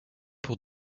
pour